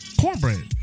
cornbread